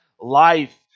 life